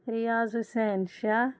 Riyaz Hussain Shah